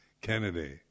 Kennedy